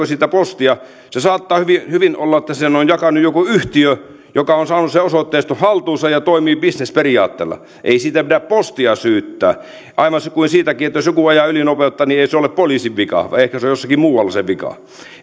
siitä postia saattaa hyvin hyvin olla että sen on jakanut joku yhtiö joka on saanut sen osoitteiston haltuunsa ja toimii bisnesperiaatteella ei siitä pidä postia syyttää aivan kuin sekään jos joku ajaa ylinopeutta ei ole poliisin vika vaan ehkä se vika on jossakin muualla